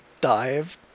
dive